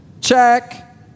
Check